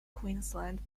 queensland